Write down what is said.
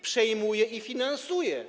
Przejmuje i finansuje.